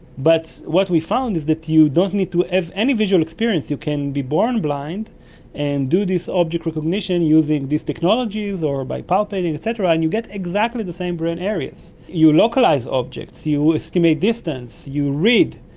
but what we found is that you don't need to have any visual experience, you can be born blind and do this object recognition using these technologies or by palpitating, et cetera, and you get exactly the same brain areas. you localise objects, you estimate distance, you read,